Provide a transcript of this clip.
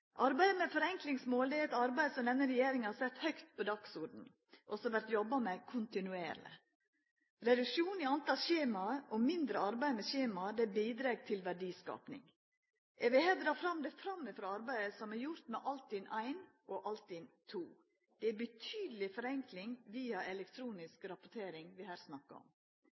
Arbeidet med forenklingsmål er eit arbeid som denne regjeringa har sett høgt på dagsordenen, og som det vert jobba med kontinuerleg. Reduksjon i talet på skjema, og mindre arbeid med skjema, bidreg til verdiskaping. Eg vil her dra fram det framifrå arbeidet som er gjort med Altinn I og Altinn II. Det er ei betydeleg forenkling, via elektronisk rapportering, vi her snakkar om.